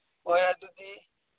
ꯍꯣꯏ ꯑꯗꯨꯗꯤ